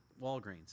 Walgreens